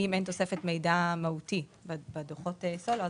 שאם אין תוספת מידע מהותי בדוחות סולו לא